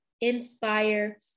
inspire